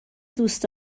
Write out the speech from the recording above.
دوست